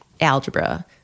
algebra